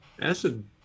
Acid